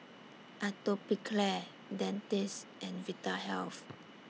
Atopiclair Dentiste and Vitahealth